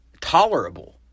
tolerable